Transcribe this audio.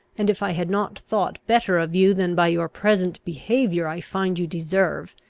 and if i had not thought better of you than by your present behaviour i find you deserve.